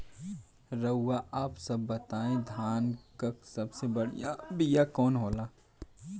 रउआ आप सब बताई धान क सबसे बढ़ियां बिया कवन होला?